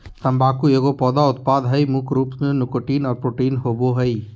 तम्बाकू एगो पौधा उत्पाद हइ मुख्य रूप से निकोटीन और प्रोटीन होबो हइ